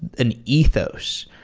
an ethos.